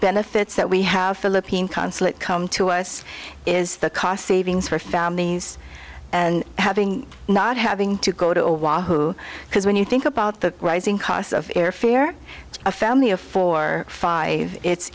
benefits that we have philippine consulate come to us is the cost savings for families and having not having to go to a wahoo because when you think about the rising cost of airfare a family of four five it's